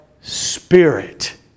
Spirit